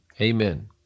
amen